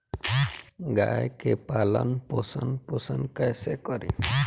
गाय के पालन पोषण पोषण कैसे करी?